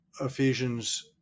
Ephesians